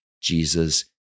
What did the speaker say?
Jesus